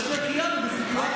מברך שהחיינו.